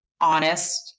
honest